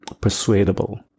persuadable